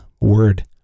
word